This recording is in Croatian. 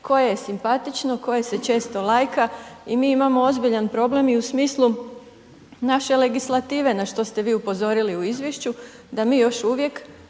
koje je simpatično, koje se često lajka i mi imamo ozbiljan problem i u smislu naše legislative na što ste vi upozorili u izvješću, da mi još uvijek